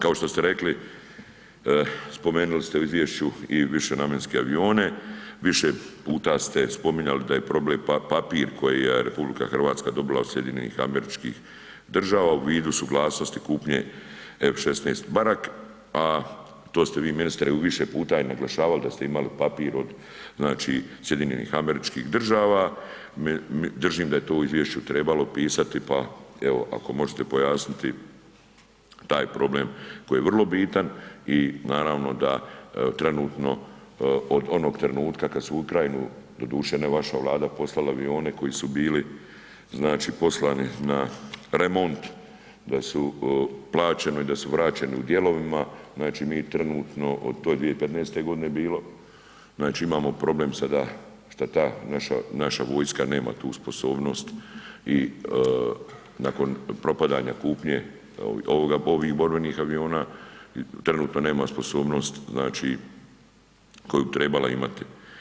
Kao što ste rekli, spomenuli ste u izvješću i višenamjenske avione, više puta ste spominjali da je problem papir koji je RH dobila od SAD-a u vidu suglasnosti kupnje F-16 Barak, a to ste vi ministre u više puta i naglašavali da ste imali papir od, znači od SAD-a, držim da je to u izvješću trebalo pisati, pa evo ako možete pojasniti taj problem koji je vrlo bitan i naravno da trenutno od onog trenutka kad su u Ukrajinu, doduše ne vaša Vlada, poslala avione koji su bili, znači poslani na remont, da su plaćeno i da su vraćeni u dijelovima, znači mi trenutno, to je 2015.g. bilo, znači imamo problem sada šta ta naša vojska nema tu sposobnost i nakon propadanja kupnje ovih borbenih aviona, trenutno nema sposobnost, znači koju bi trebala imati.